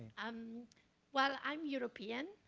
um well, i'm european,